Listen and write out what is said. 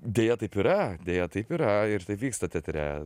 deja taip yra deja taip yra ir taip vyksta teatre